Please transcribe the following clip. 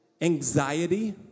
anxiety